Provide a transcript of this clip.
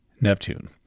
Neptune